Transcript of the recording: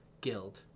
Guild